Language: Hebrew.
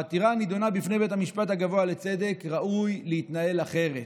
בעתירה הנדונה בפני בית המשפט הגבוה לצדק ראוי להתנהל אחרת,